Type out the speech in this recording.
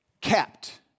kept